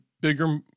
bigger